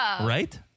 Right